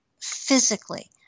physically